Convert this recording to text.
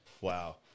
wow